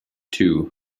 too